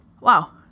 Wow